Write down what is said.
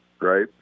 right